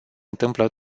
întâmplă